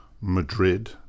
Madrid